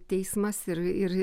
teismas ir ir